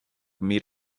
meet